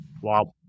Wow